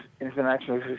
international